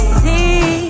see